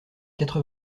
quatre